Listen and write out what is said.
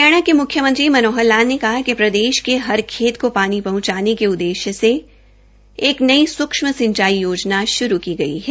हरियाणा के मूख्यमंत्री मनोहर लाल ने कहा कि प्रदेश के हर खेत को पानी पहंचाने के उददेश्य से एक नई सुक्षम सिचांई योजना शुरू की गई है